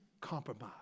compromise